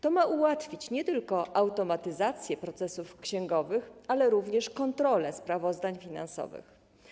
To ma ułatwić nie tylko automatyzację procesów księgowych, ale również kontrolę sprawozdań finansowych.